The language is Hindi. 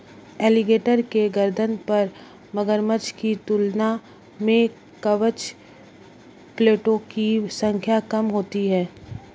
एलीगेटर के गर्दन पर मगरमच्छ की तुलना में कवच प्लेटो की संख्या कम होती है